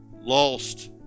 lost